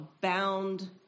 bound